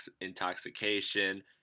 intoxication